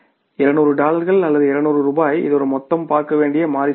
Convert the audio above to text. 200 டாலர்கள் அல்லது 200 ரூபாய் இது ஒரு மொத்தமாக பார்க்கவேண்டிய மாறி செலவுகள்